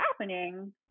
happening